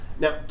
Now